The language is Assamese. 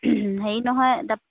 হেৰি নহয় এতিয়া